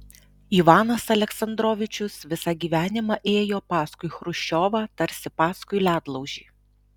ivanas aleksandrovičius visą gyvenimą ėjo paskui chruščiovą tarsi paskui ledlaužį